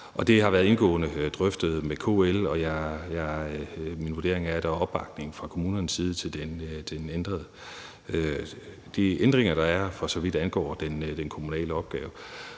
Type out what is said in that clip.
Det har været indgående drøftet med KL, og min vurdering er, at der er opbakning fra kommunernes side til de ændringer, der er, for så vidt angår den kommunale opgave.